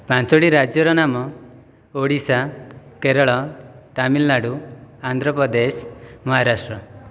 ପାଞ୍ଚଟି ରାଜ୍ୟର ନାମ ଓଡ଼ିଶା କେରଳ ତାମିଲନାଡ଼ୁ ଆନ୍ଧ୍ରପ୍ରଦେଶ ମହାରାଷ୍ଟ୍ର